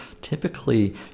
Typically